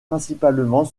principalement